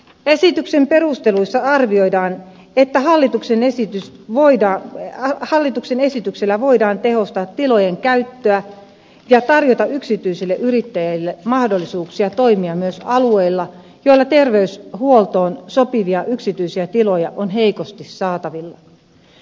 esityksen perusteluissa arvioidaan että hallituksen esityksellä voidaan tehostaa tilojen käyttöä ja tarjota yksityisille yrittäjille mahdollisuuksia toimia myös alueilla joilla terveyshuoltoon sopivia yksityisiä tiloja on heikosti saatavilla